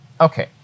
Okay